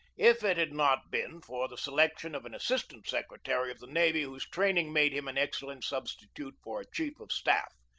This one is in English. if it had not been for the selection of an assistant secretary of the navy whose training made him an excellent substitute for a chief of staff.